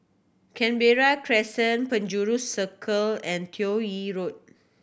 Canberra Crescent Penjuru Circle and Toh Yi Road